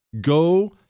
Go